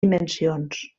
dimensions